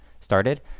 started